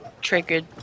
triggered